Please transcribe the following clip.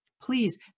Please